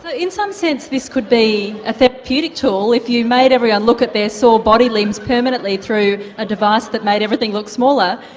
ah in some sense this could be a therapeutic tool if you made everyone look at their sore body limbs permanently through a device that made everything look smaller,